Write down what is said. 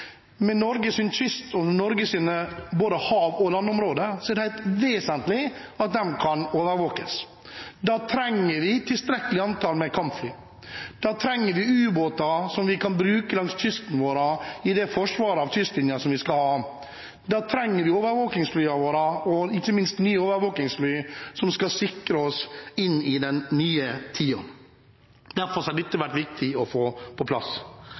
kyst og Norges hav- og landområder er det helt vesentlig at kan overvåkes. Da trenger vi tilstrekkelig antall kampfly. Da trenger vi ubåter som vi kan bruke langs kysten vår i forsvaret av kystlinjen. Da trenger vi overvåkingsflyene våre og ikke minst nye overvåkingsfly, som skal sikre oss inn i den nye tiden. Derfor har dette vært viktig å få på plass.